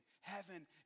Heaven